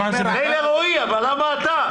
מילא רועי, אבל למה אתה?